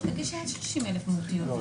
הסתייגויות 3860-3841,